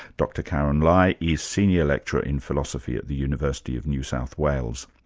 dr karyn lai is senior lecturer in philosophy at the university of new south wales.